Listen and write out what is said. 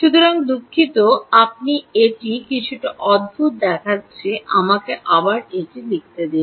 সুতরাং দুঃখিত আপনি এটি কিছুটা অদ্ভুত দেখাচ্ছে আমাকে আবার এটি লিখতে দিন